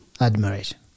admiration